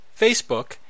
Facebook